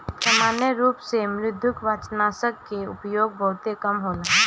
सामान्य रूप से मृदुकवचनाशक के उपयोग बहुते कम होला